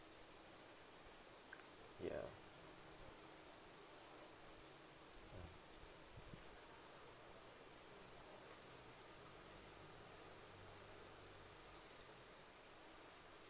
ya mm